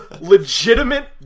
legitimate